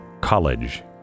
College